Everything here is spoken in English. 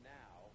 now